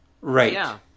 Right